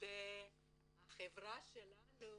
והחברה שלנו